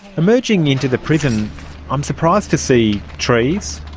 emerging into the prison i'm surprised to see trees,